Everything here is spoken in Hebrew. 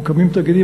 מוקמים תאגידים.